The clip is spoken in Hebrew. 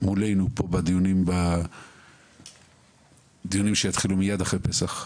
מולנו פה בדיונים שיתחילו מיד אחרי פסח,